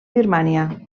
birmània